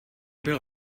bylo